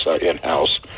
in-house